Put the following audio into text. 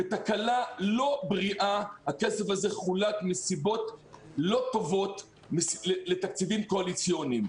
בתקלה לא בריאה הכסף הזה חולק מסיבות לא טובות לתקציבים קואליציוניים,